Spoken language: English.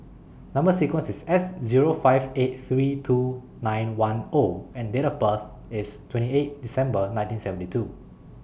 Number sequence IS S Zero five eight three two nine one O and Date of birth IS twenty eight December nineteen seventy two